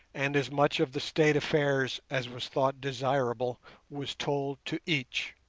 and as much of the state affairs as was thought desirable was told to each,